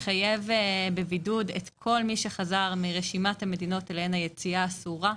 מחייב בבידוד את כל מי שחזר מרשימת המדינות אליהן היציאה אסורה.